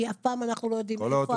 כי אנחנו אף פעם לא יודעים איפה האדם.